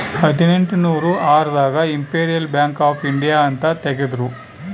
ಹದಿನೆಂಟನೂರ ಆರ್ ದಾಗ ಇಂಪೆರಿಯಲ್ ಬ್ಯಾಂಕ್ ಆಫ್ ಇಂಡಿಯಾ ಅಂತ ತೇಗದ್ರೂ